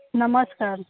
नमस्कार